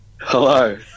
Hello